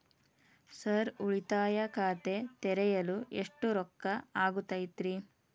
Sir ಉಳಿತಾಯ ಖಾತೆ ತೆರೆಯಲು ಎಷ್ಟು ರೊಕ್ಕಾ ಆಗುತ್ತೇರಿ?